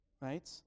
right